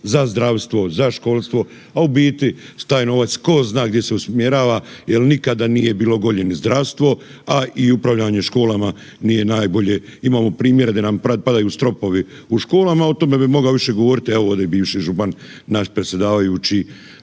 za zdravstvo, za školstvo, a u biti taj novac ko zna gdje se usmjerava jel nikada nije bilo gore ni zdravstvo, a i upravljanje školama nije najbolje. Imamo primjere di nam padaju stropovi u školama, o tome bi mogao više govoriti, evo ovdje je bivši župan naš predsjedavajući